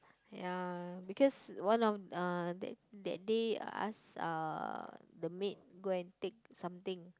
ya because one of uh that that day I ask uh the maid go and take something